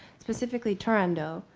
specifically turandot,